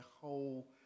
whole